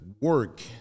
work